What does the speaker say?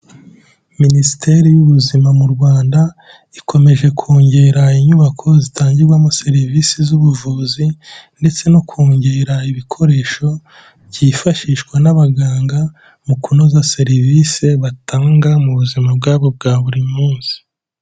Minisiteri y'Ubuzima mu Rwanda, ikomeje kongera inyubako zitangirwamo serivisi z'ubuvuzi ndetse no kongera ibikoresho byifashishwa n'abaganga, mu kunoza serivisi batanga mu buzima bwabo bwa buri munsi.